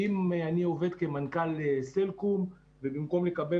אם אני עובד כמנכ"ל סלקום ובמקום לקבל